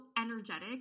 energetic